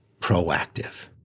proactive